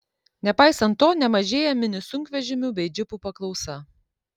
nepaisant to nemažėja mini sunkvežimių bei džipų paklausa